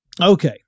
Okay